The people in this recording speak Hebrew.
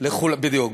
בדיוק.